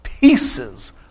pieces